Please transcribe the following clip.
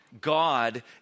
God